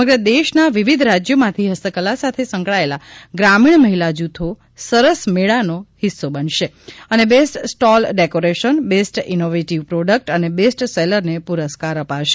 સમગ્ર દેશના વિવિધ રાજ્યોમાંથી ફસ્તકલા સાથે સંકળાયેલા ગ્રામીણ મહિલા જુથો સરસ મેળા નો હિસ્સો બનશે અને best stall decoration best innovative product અને બેસ્ટ સેલરને પુરસ્કાર અપાશે